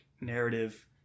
narrative